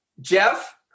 Jeff